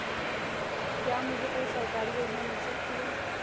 क्या मुझे कोई सरकारी योजना मिल सकती है?